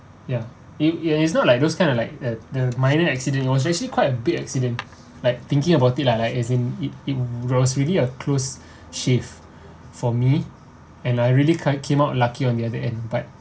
ya it it is not like those kind of like a the minor accident it was actually quite a big accident like thinking about it lah like as in it in it was really a close shave for me and I really kind came out lucky on the other end but